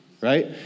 right